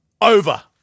over